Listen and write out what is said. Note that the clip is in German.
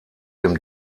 dem